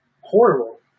Horrible